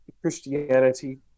Christianity